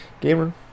gamer